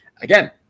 again